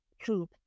True